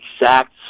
exact